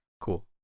Cool